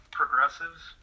progressives